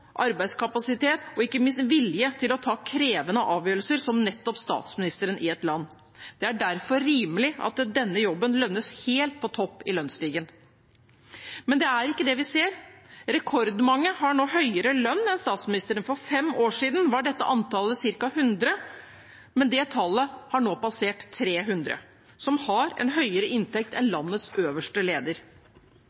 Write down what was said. arbeidskapasitet og ikke minst vilje til å ta krevende avgjørelser enn den statsministeren i et land har. Det er derfor rimelig at denne jobben lønnes helt på topp i lønnsstigen. Men det er ikke det vi ser. Rekordmange har nå høyere lønn enn statsministeren. For fem år siden var dette antallet ca. 100, men tallet på dem med høyere inntekt enn landets øverste leder har nå passert 300. Det viser en